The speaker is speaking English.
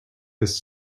this